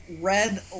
red